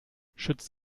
schützt